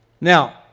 Now